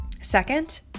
Second